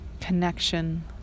connection